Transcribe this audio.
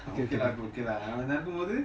okay okay lah வன நாடாகும் போது:vana nadakum bothu